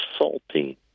insulting